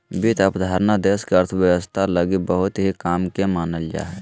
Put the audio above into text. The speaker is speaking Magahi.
वित्त अवधारणा देश के अर्थव्यवस्था लगी बहुत ही काम के मानल जा हय